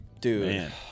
Dude